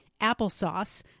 applesauce